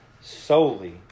solely